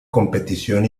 competición